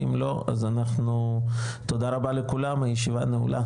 אם לא אז אנחנו, תודה רבה לכולם הישיבה נעולה.